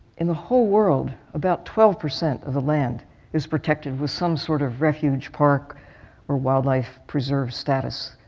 in the whole world about twelve percent of the land is protected with some sort of refuge, park or wildlife preserve status.